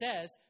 says